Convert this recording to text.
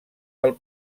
del